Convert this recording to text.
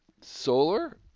solar